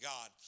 God